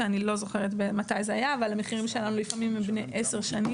שאני לא זוכרת מתי זה היה אבל המחירים שלנו הם לפעמים בני עשר שנים